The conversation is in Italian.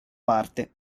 parte